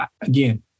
again